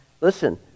listen